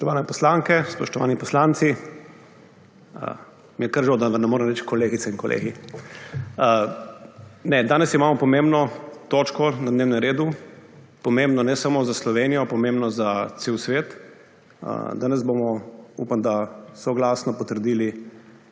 Spoštovane poslanke, spoštovani poslanci! Mi je kar žal, da vam ne morem reči kolegice in kolegi. Ne, danes imamo pomembno točko na dnevnem redu, pomembno ne samo za Slovenijo, pomembno za cel svet. Danes bomo, upam da soglasno potrdili